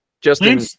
Justin